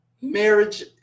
marriage